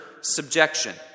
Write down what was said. subjection